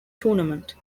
tournament